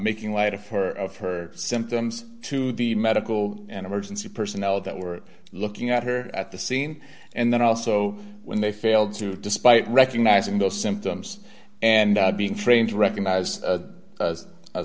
making light of her of her symptoms to the medical and emergency personnel that were looking at her at the scene and then also when they failed to despite recognizing the symptoms and being trained to recognize a